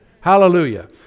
Hallelujah